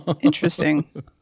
Interesting